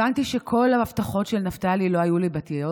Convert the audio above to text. הבנתי שכל ההבטחות של נפתלי לא היו ליבתיות.